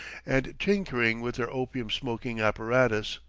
and tinkering with their opium-smoking apparatus.